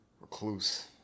recluse